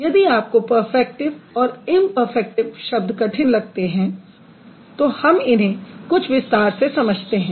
यदि आपको पर्फ़ैक्टिव और इंपर्फ़ैक्टिव शब्द कठिन लगते हैं तो हम इन्हें कुछ विस्तार से समझते हैं